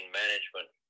management